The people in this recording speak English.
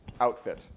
outfit